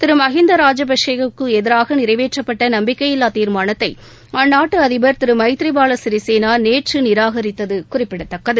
திரு மகிந்தா ராஜபக்சே க்கு எதிராக நிறைவேற்றப்பட்ட நம்பிக்கையில்லா தீர்மானத்தை அந்நாட்டு அதிபர் திரு மைதிரிபால சிறிசேனா நேற்று நிராகரித்தது குறிப்பிடத்தக்கது